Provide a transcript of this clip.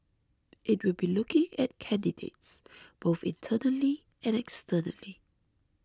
it will be looking at candidates both internally and externally